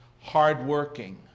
hard-working